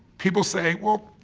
people say, well,